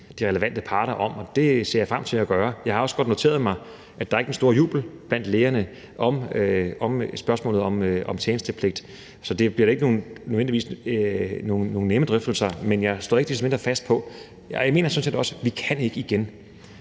de relevante parter. Det ser jeg frem til at gøre, og jeg har også godt noteret mig, at der ikke er den store jubel blandt lægerne med hensyn til spørgsmålet om tjenestepligt. Så det bliver da ikke nødvendigvis nogen nemme drøftelser, men jeg står ikke desto mindre fast på det. Jeg mener sådan set også, at vi ikke kan